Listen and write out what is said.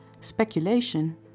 speculation